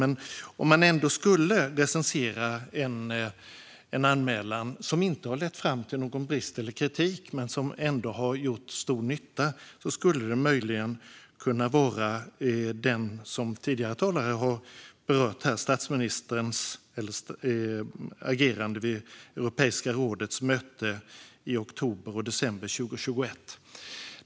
Men om man ändå skulle recensera en anmälan som inte har lett fram till någon kritik när det gäller agerande eller brist på agerande men som ändå har gjort stor nytta skulle det möjligen kunna vara den som tidigare talare har berört här, nämligen statsministerns agerande vid Europeiska rådet möte i oktober och i december 2021.